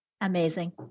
Amazing